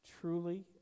truly